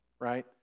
right